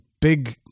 big